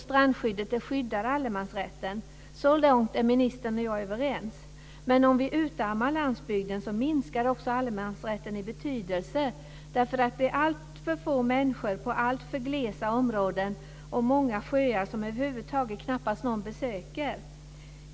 Strandskyddet skyddar allemansrätten. Så långt är ministern och jag överens. Men om vi utarmar landsbygden minskar också allemansrätten i betydelse. Det blir alltför få människor på alltför glesa områden och många sjöar som över huvud taget knappast någon besöker.